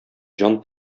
җан